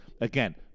Again